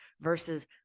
versus